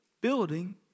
building